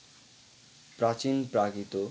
প্রাচীন প্রাকৃত